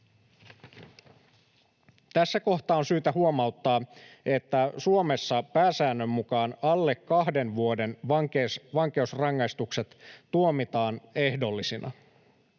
Tässä kohtaa on syytä huomauttaa, että Suomessa pääsäännön mukaan alle kahden vuoden vankeusrangaistukset tuomitaan ehdollisina.